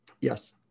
Yes